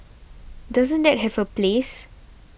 doesn't that have a place